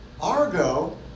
Argo